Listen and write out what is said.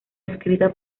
escrita